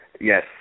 Yes